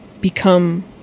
become